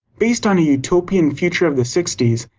based on a utopian future of the sixty,